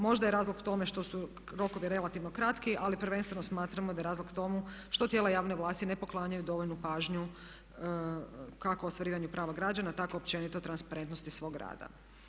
Možda je razlog tome što su rokovi relativno kratki, ali prvenstveno smatramo da je razlog tomu što tijela javne vlasti ne poklanjaju dovoljnu pažnju kako ostvarivanju prava građana, tako općenito transparentnosti svog rada.